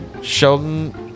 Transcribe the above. Sheldon